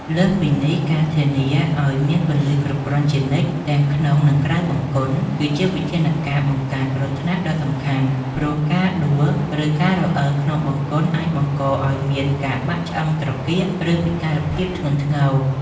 លើសពីនេះ ការធានាឱ្យមានពន្លឺគ្រប់គ្រាន់ជានិច្ច ទាំងក្នុង និងក្រៅបង្គន់ គឺជាវិធានការបង្ការគ្រោះថ្នាក់ដ៏សំខាន់ ព្រោះការដួល ឬការរអិលក្នុងបង្គន់អាចបណ្ដាលឱ្យមានការបាក់ឆ្អឹងត្រគាក ឬពិការភាពធ្ងន់ធ្ងរ។